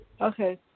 Okay